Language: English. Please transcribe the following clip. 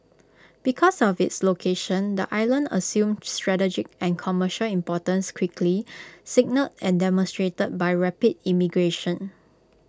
because of its location the island assumed strategic and commercial importance quickly signalled and demonstrated by rapid immigration